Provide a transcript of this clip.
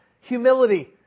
humility